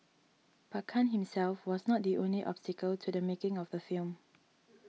but Khan himself was not the only obstacle to the making of the film